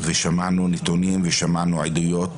ושמענו נתונים ושמענו עדויות,